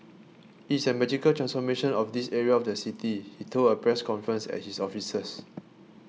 is it a magical transformation of this area of the city he told a press conference at his officers